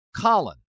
colin